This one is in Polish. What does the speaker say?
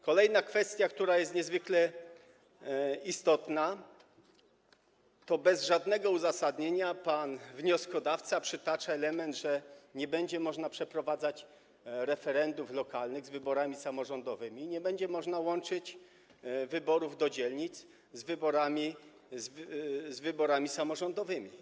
Kolejna kwestia, która jest niezwykle istotna - bez żadnego uzasadnienia pan wnioskodawca przytacza element, że nie będzie można przeprowadzać referendów lokalnych z wyborami samorządowymi i nie będzie można łączyć wyborów do rad dzielnic z wyborami samorządowymi.